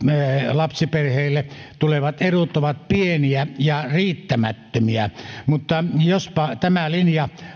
lapsiperheille tulevat edut ovat pieniä ja riittämättömiä mutta jospa tämä linja